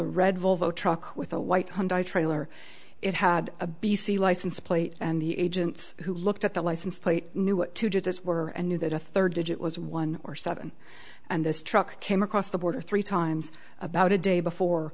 a red volvo truck with a white hyundai trailer it had a b c license plate and the agents who looked at the license plate knew it too just as were and knew that a third digit was one or seven and this truck came across the border three times about a day before